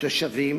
התושבים